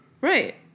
Right